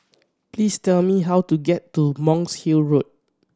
please tell me how to get to Monk's Hill Road